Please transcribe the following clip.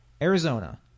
Arizona